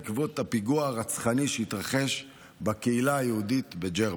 בעקבות הפיגוע הרצחני שהתרחש בקהילה היהודית בג'רבה.